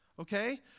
Okay